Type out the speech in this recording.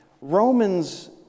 Romans